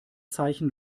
zeichen